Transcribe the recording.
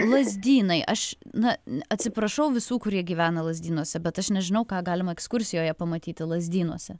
lazdynai aš na atsiprašau visų kurie gyvena lazdynuose bet aš nežinau ką galima ekskursijoje pamatyti lazdynuose